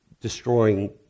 destroying